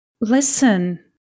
Listen